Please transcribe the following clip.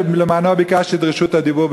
שלמענו ביקשתי את רשות הדיבור,